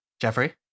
Jeffrey